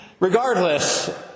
Regardless